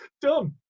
done